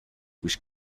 which